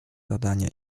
zadania